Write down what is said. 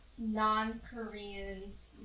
non-Koreans